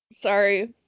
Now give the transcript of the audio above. sorry